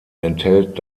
enthält